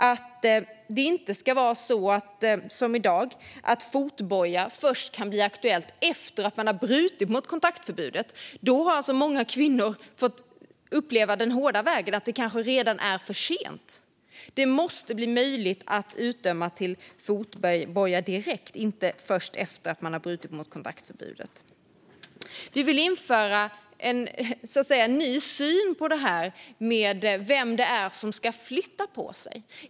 Det ska inte vara som i dag, att fotboja kan bli aktuellt först efter att man har brutit mot kontaktförbudet. Då har många kvinnor fått uppleva den hårda vägen att det redan är för sent. Det måste bli möjligt att döma till fotboja direkt, inte först efter att man har brutit mot kontaktförbudet. Vi vill införa en ny syn på vem det är som ska flytta på sig.